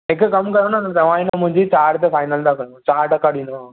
हिकु कमु कयो न तव्हांजी न मुंहिंजी चारि ते फाइनल त कयूं चारि टका ॾींदव मां